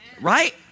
right